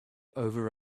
over